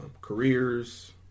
careers